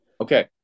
Okay